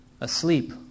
asleep